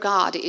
God